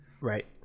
Right